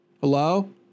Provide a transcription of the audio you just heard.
Hello